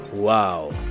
Wow